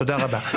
תודה רבה.